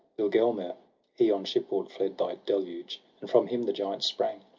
bergelmer a he on shipboard fled thy deluge, and from him the giants sprang.